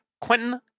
Quentin